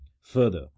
Further